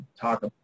talk